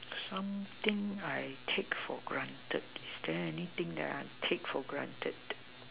something I take for granted is there anything that I take for granted